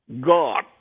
God